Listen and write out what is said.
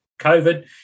COVID